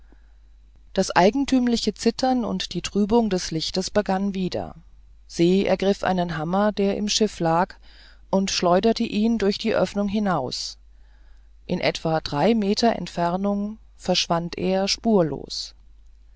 das eigentümliche zittern und die trübung des lichtes begann wieder se ergriff einen hammer der im schiff lag und schleuderte ihn durch die öffnung hinaus in etwa drei meter entfernung verschwand er spurlos